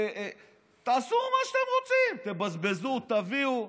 תעשו מה שאתם רוצים, תבזבזו, תביאו.